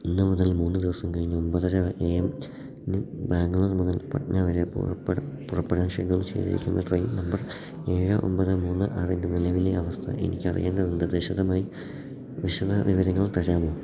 ഇന്ന് മുതൽ മൂന്ന് ദിവസം കഴിഞ്ഞ് ഒമ്പതര എ എം ന് ബാംഗ്ലൂർ മുതൽ പട്ന വരെ പുറപ്പെടാൻ ഷെഡ്യൂൾ ചെയ്തിരിക്കുന്ന ട്രെയിൻ നമ്പർ ഏഴ് ഒമ്പത് മൂന്ന് ആറിൻ്റെ നിലവിലെ അവസ്ഥ എനിക്കറിയേണ്ടതുണ്ട് വിശദവിവരങ്ങൾ തരാമോ